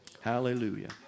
Hallelujah